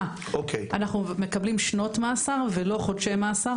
אנחנו מקבלים שנות מאסר ולא חודשי מאסר,